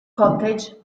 cottage